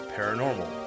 Paranormal